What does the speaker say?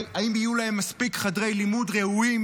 האם יהיו להם מספיק חדרי לימוד ראויים?